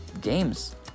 games